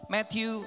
Matthew